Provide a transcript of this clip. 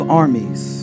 armies